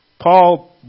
Paul